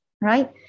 right